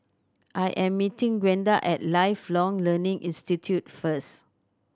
I am meeting Gwenda at Lifelong Learning Institute first